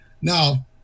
now